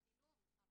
זה שני דברים שונים.